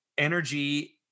energy